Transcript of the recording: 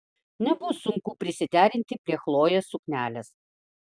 nebus sunku prisiderinti prie chlojės suknelės